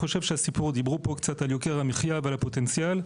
דיברו פה על יוקר המחיה ועל הפוטנציאל.